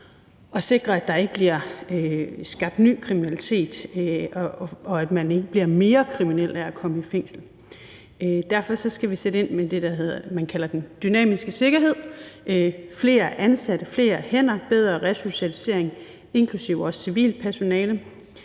at sikre, at der ikke bliver skabt ny kriminalitet, og at man ikke bliver mere kriminel af at komme i fængsel. Derfor skal vi sætte ind med det, man kalder den dynamiske sikkerhed, altså flere ansatte, flere hænder, bedre resocialisering, inklusive også civilt personale.